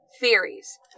theories